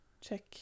check